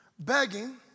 begging